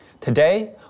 Today